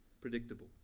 predictable